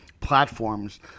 platforms